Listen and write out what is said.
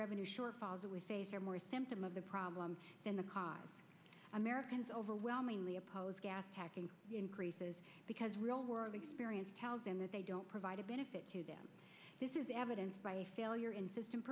revenue shortfalls we face are more a symptom of the problem than the cause americans overwhelmingly oppose gas attack and increases because real world experience tells them that they don't provide a benefit to them this is evidenced by a failure in syste